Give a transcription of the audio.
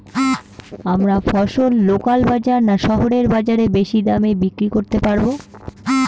আমরা ফসল লোকাল বাজার না শহরের বাজারে বেশি দামে বিক্রি করতে পারবো?